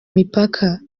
mipaka